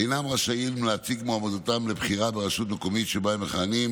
אינם רשאים להציג מועמדותם לבחירה ברשות מקומית שבה הם מכהנים